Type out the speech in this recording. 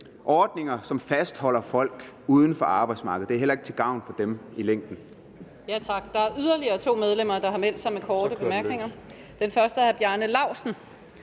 ordninger, som fastholder folk uden for arbejdsmarkedet. Det er heller ikke til gavn for dem i længden.